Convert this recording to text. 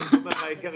העיקר